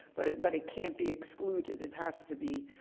but it but it can't be excluded. it has to be.